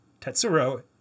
Tetsuro